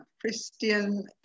Christian